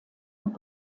und